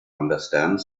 understand